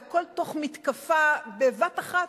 והכול תוך מתקפה בבת-אחת,